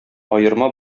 аерма